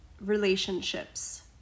relationships